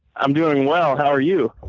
i'm doing well. how are you?